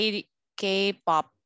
K-pop